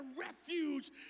refuge